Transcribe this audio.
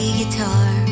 guitar